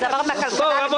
אז בואו, רבותיי.